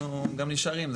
אנחנו גם נשארים.